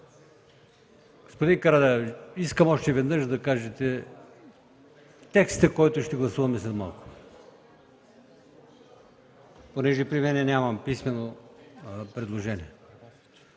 Господин Карадайъ, искам още веднъж да кажете текста, който ще гласуваме след малко, понеже при мен нямам писмено предложение.